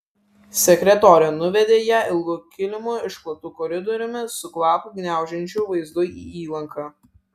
sekretorė nuvedė ją ilgu kilimu išklotu koridoriumi su kvapą gniaužiančiu vaizdu į įlanką